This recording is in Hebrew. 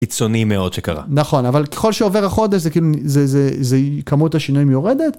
קיצוני מאוד שקרה. נכון, אבל ככל שעובר החודש כמות השינויים יורדת.